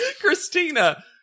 Christina